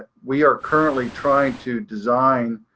we are currently trying to design.